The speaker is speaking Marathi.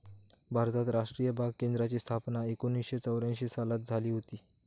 भारतात राष्ट्रीय बाग केंद्राची स्थापना एकोणीसशे चौऱ्यांशी सालात झाली हुती